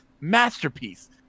masterpiece